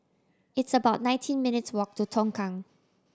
it's about nineteen minutes' walk to Tongkang